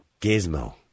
Gizmo